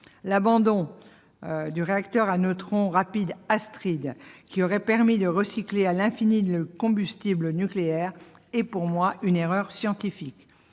L'abandon du réacteur à neutrons rapides Astrid, qui aurait permis de recycler à l'infini le combustible nucléaire, est à mes yeux une erreur scientifique.